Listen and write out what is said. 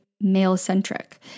male-centric